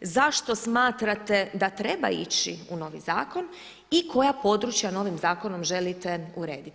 zašto smatrate da treba ići u novi zakon i koja područja novim zakonom želite urediti.